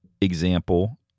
example